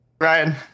ryan